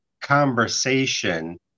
conversation